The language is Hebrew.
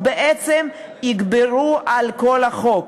ובעצם יגברו על כל חוק.